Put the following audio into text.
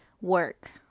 work